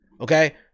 Okay